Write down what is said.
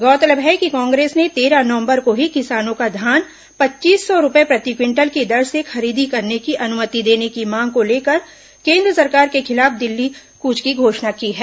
गौरतलब है कि कांग्रेस ने तेरह नवंबर को ही किसानों का धान पच्चीस सौ रूपये प्रति क्विंटल की दर से खरीदी करने की अनुमति देने की मांग को लेकर केन्द्र सरकार के खिलाफ दिल्ली कूच की घोषणा की है